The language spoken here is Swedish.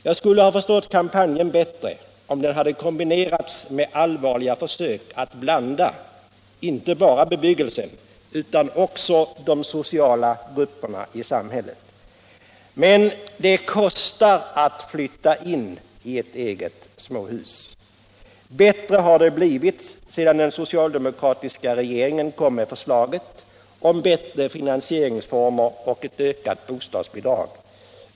Jag skulle ha förstått kampanjen bättre om den hade kombinerats med allvarliga försök att blanda inte bara bebyggelsen utan också de sociala grupperna i samhället. Men det kostar att flytta in i ett eget småhus. Det har blivit bättre sedan den socialdemokratiska regeringen lade fram förslaget om fördelaktigare finansieringsformer och ett ökat bostadsbidrag.